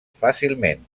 fàcilment